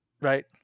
right